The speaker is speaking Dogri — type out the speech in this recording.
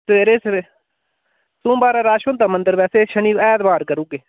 सबेरा सबे सोमबार रश होंदा मंदिर वैसे शनि ऐतवार करुड़ गे